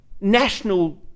national